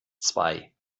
zwei